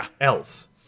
else